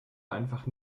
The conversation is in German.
einfach